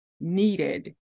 needed